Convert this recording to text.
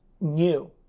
new